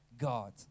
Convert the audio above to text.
God